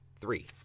three